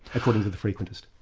according to the frequentist.